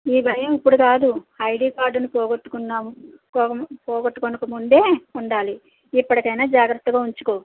ఈ భయం ఇప్పుడు కాదు కాదు ఐడి కార్డుని పోగొట్టుకున్నాము పోగొట్టకొనకముందే ఉండాలి ఇప్పటికైనా జాగ్రత్తగా ఉంచుకో